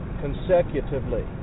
consecutively